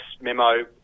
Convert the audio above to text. memo